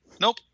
Nope